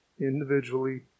individually